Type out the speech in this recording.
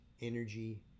energy